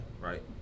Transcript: Right